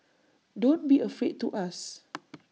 don't be afraid to ask